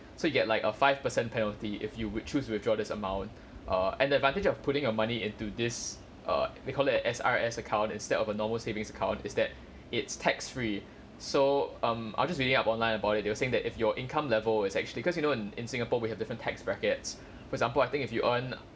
so you get like a five percent penalty if you would choose to withdraw this amount err and the advantage of putting your money into this err they call it a S_R_S account instead of a normal savings account is that it's tax free so um I just reading up online about it they were saying that if your income level is actually because you know in in singapore we have different tax brackets for example I think if you earn